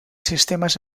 sistemes